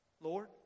Lord